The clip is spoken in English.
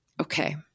Okay